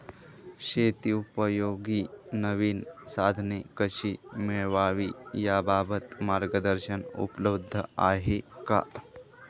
शेतीउपयोगी नवीन साधने कशी मिळवावी याबाबत मार्गदर्शन उपलब्ध आहे का?